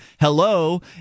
Hello